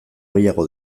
gehiago